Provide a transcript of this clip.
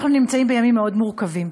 אנחנו נמצאים בימים מאוד מורכבים.